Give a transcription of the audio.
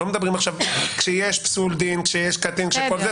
אנחנו לא מדברים עכשיו על פסול דין או על קטין וכו'.